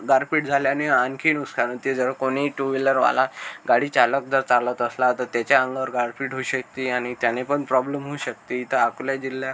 गारपीट झाल्याने आणखी नुकसान होते जर कोणी टू व्हीलरवाला गाडीचालक जर चालत असला तर त्याच्या अंगावर गारपीट होऊ शकते आणि त्याने पण प्रॉब्लेम होऊ शकते इथं अकोला जिल्हा